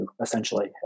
essentially